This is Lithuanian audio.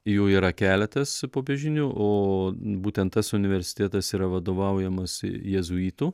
jų yra keletas popiežinių o būtent tas universitėtas yra vadovaujamas i jėzuitų